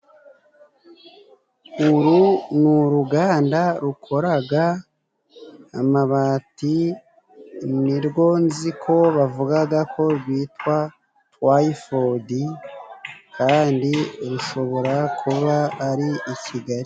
Uru ni uruganda rukora amabati, nirwo nzi ko bavuga ko rwitwa Twyford, kandi rushobora kuba ari i Kigali.